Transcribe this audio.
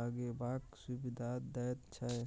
लगेबाक सुविधा दैत छै